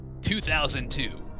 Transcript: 2002